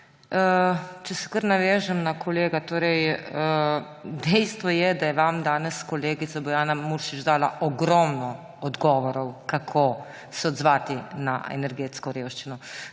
Če se kar navežem na kolega. Torej, dejstvo je, da je vam danes kolegica Bojana Muršič dala ogromno odgovorov, kako se odzvati na energetsko revščino;